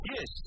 Yes